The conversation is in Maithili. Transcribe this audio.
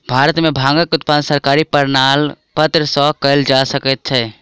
भारत में भांगक उत्पादन सरकारी प्रमाणपत्र सॅ कयल जा सकै छै